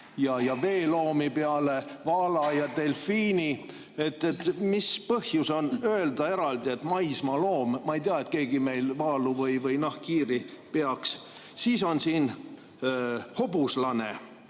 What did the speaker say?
ja veeloomi peale vaala ja delfiini. Mis põhjus on öelda eraldi "maismaaloom"? Ma ei tea, et keegi meil vaalu või nahkhiiri peaks. Siis on siin "hobuslane",